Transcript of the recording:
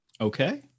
Okay